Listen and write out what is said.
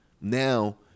Now